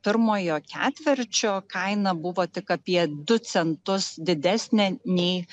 pirmojo ketvirčio kaina buvo tik apie du centus didesnė nei